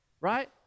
right